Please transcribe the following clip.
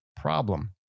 problem